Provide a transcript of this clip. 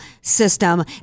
system